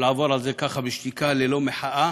ולעבור על זה ככה בשתיקה, ללא מחאה